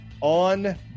on